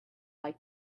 like